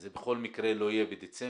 זה בכל מקרה לא יהיה בדצמבר.